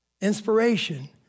Inspiration